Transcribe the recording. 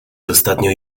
dostatnio